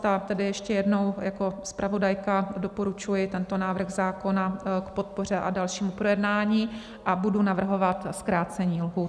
A tedy ještě jednou, jako zpravodajka doporučuji tento návrh zákona k podpoře a dalšímu projednání a budu navrhovat zkrácení lhůt.